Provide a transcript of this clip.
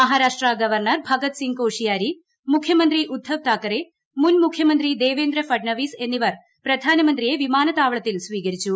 Maharashtra governor Bhagat Singh Koshyari മുഖ്യമന്ത്രി ഉദ്ധവ് താക്കറെ മുൻ മുഖ്യമന്ത്രി ദേവേന്ദ്ര ഫട്നാവിസ് എന്നിവർ പ്രധാനമന്ത്രിയെ വിമാനത്താവളത്തിൽ സ്വീകരിച്ചു